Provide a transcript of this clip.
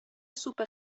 سوپ